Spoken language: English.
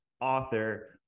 author